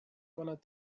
کند